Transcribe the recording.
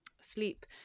sleep